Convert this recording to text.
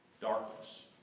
darkness